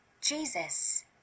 Jesus